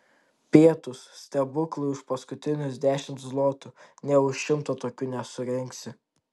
pietūs stebuklai už paskutinius dešimt zlotų nė už šimtą tokių nesurengsi